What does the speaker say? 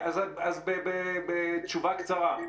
אז בתשובה קצרה,